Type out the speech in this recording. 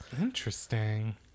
Interesting